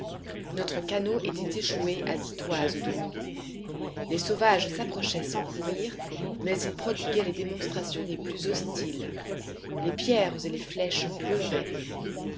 notre canot était échoué à dix toises de nous les sauvages s'approchaient sans courir mais ils prodiguaient les démonstrations les plus hostiles les pierres et les flèches pleuvaient